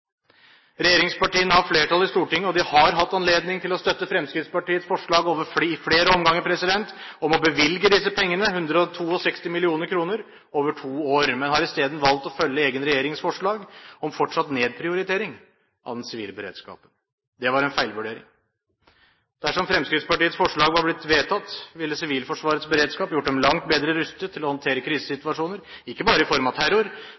Regjeringspartiene har flertall i Stortinget, og de har i flere omganger hatt anledning til å støtte Fremskrittspartiets forslag om å bevilge disse pengene, 162 mill. kr over to år, men de har isteden valgt å følge egen regjerings forslag om fortsatt nedprioritering av den sivile beredskapen. Det var en feilvurdering. Dersom Fremskrittspartiets forslag var blitt vedtatt, ville Sivilforsvarets beredskap gjort dem langt bedre rustet til å håndtere krisesituasjoner, ikke bare i form av terror,